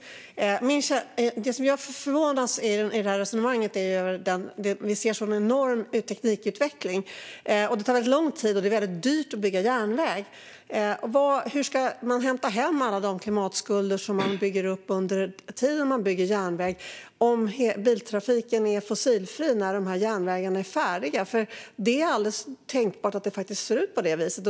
Det som förvånar mig i resonemanget är frågan om den enorma teknikutvecklingen. Det tar lång tid och är dyrt att bygga järnväg. Hur ska man hämta hem alla de klimatskulder som man bygger upp under tiden man bygger järnväg om biltrafiken är fossilfri när järnvägarna är färdiga? Det är tänkbart att det ser ut så.